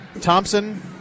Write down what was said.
Thompson